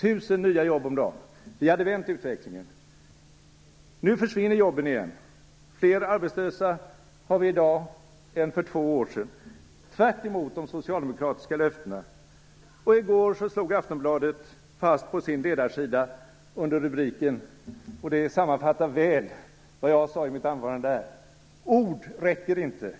på löpsedeln: 1 000 nya jobb om dagen. Vi hade vänt utvecklingen. Nu försvinner jobben igen. I dag har vi fler arbetslösa än för två år sedan, tvärtemot de socialdemokratiska löftena, och i går slog Aftonbladet på sin ledarsida fast, under en rubrik som väl sammanfattar vad jag sade i mitt anförande här: Ord räcker inte.